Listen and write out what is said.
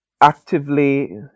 actively